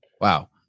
Wow